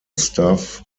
staff